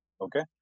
Okay